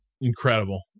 incredible